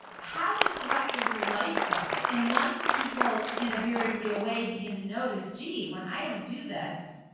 how does the rest of your life go? and once people, in a very real way, begin to notice, gee, when i don't do this,